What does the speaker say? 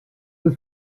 los